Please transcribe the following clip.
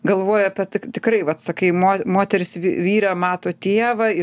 galvoju apie tai tikrai vat sakai mo moteris vy vyre mato tėvą ir